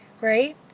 right